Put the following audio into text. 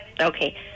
Okay